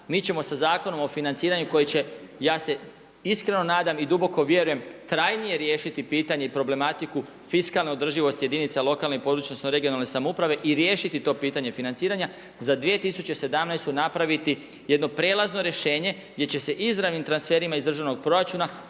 mi ćemo sa Zakonom o financiranju koji će ja se iskreno nadam i duboko vjerujem trajnije riješiti pitanje i problematiku fiskalne održivosti jedinice lokalne (regionalne) i područne samouprave i riješiti to pitanje financiranje i za 2017. napraviti jedno prijelazno rješenje gdje će se izravnim transferima iz državnog proračuna